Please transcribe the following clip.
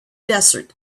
desert